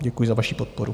Děkuji za vaši podporu.